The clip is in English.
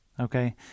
okay